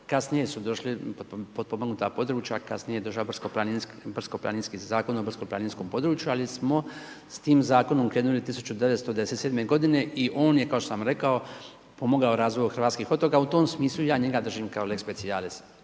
kasnije su došla potpomognuta područja, kasnije …/Govornik se ne razumije./… zakon o gorsko planinskom području, ali smo s tim zakonom …/Govornik se ne razumije./… godine i on je kao što sam rekao, pomogao razvoju hrvatskih otoka, u tom smislu, ja njega držim kao lex specijalist.